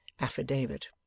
affidavit